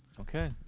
Okay